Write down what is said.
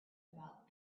about